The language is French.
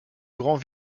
grand